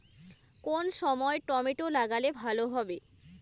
কোন সময় টমেটো লাগালে ভালো হবে?